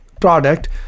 product